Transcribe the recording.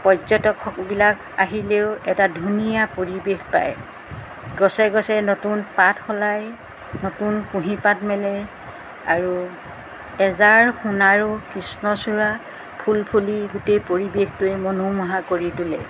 পৰ্যটকসকলবিলাক আহিলেও এটা ধুনীয়া পৰিৱেশ পায় গছে গছে নতুন পাত সলায় নতুন কুঁহিপাত মেলে আৰু আজাৰ সোণাৰো কৃষ্ণচূড়া ফুল ফুলি গোটেই পৰিৱেশটোৱে মনোমোহা কৰি তোলে